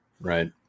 Right